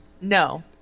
No